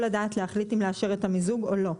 הדעת להחליט אם לאשר את המיזוג או לא,